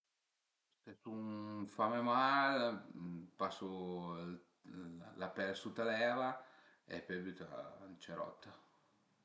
Së sun fame mal pasu la pel sut a l'eva e pöi bütu ën cerotto